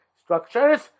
structures